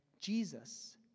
Jesus